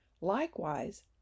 Likewise